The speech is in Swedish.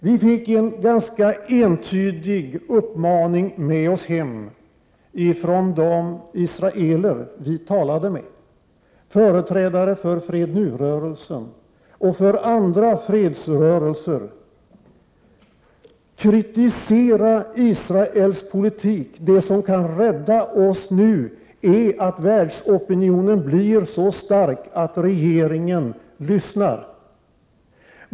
Vi fick en ganska entydig uppmaning med oss hem från de israeler vi talade med, från företrädare för Fred Nu-rörelsen och andra fredsrörelser: Kritisera Israels politik! Det som kan rädda oss nu är att världsopinionen blir så stark att regeringen lyssnar.